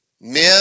Men